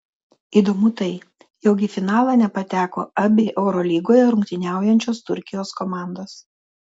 įdomu tai jog į finalą nepateko abi eurolygoje rungtyniaujančios turkijos komandos